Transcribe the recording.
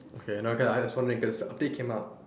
okay no okay lah was just wondering because the update came up